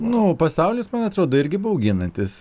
nu pasaulis man atrodo irgi bauginantis